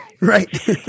Right